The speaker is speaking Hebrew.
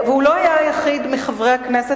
והוא לא היה היחיד מבין חברי הכנסת,